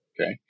Okay